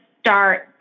start